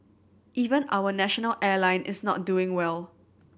even our national airline is not doing well